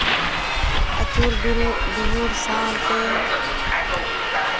ᱟᱹᱪᱩᱨ ᱵᱤᱦᱩᱨ ᱥᱟᱶᱛᱮ